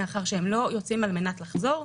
מאחר והם לא יוצאים על מנת לחזור.